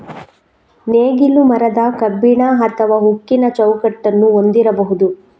ನೇಗಿಲು ಮರದ, ಕಬ್ಬಿಣ ಅಥವಾ ಉಕ್ಕಿನ ಚೌಕಟ್ಟನ್ನು ಹೊಂದಿರಬಹುದು